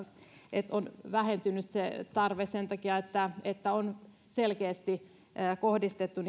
että se tarve on vähentynyt sen takia että että ihmisetkin ovat selkeästi kohdistaneet